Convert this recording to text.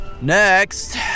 Next